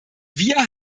wir